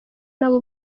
nabo